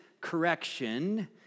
correction